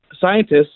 scientists